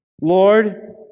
Lord